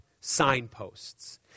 signposts